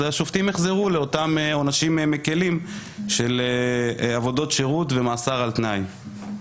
אז השופטים יחזרו לאותם עונשים מקלים של עבודות שירות ומאסר על תנאי.